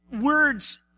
words